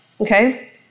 Okay